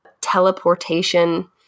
teleportation